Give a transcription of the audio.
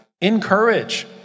encourage